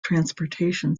transportation